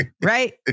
right